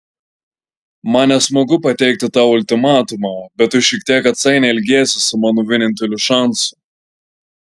man nesmagu pateikti tau ultimatumą bet tu šiek tiek atsainiai elgiesi su mano vieninteliu šansu